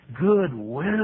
goodwill